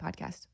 podcast